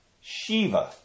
Shiva